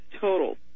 total